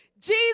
Jesus